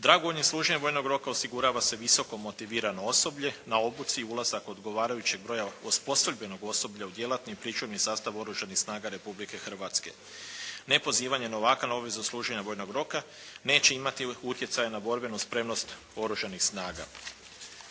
Dragovoljnim služenjem vojnog roka osigurava se visoko motivirano osoblje, na obuci ulazak odgovarajućeg broja osposobljenog osoblja u djelatni i pričuvni sastav Oružanih snaga Republike Hrvatske. Nepozivanje novaka na obvezno služenje vojnog roka neće imati utjecaja na borbenu spremnost oružanih snaga.